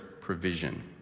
provision